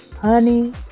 honey